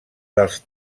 dels